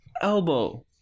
Elbow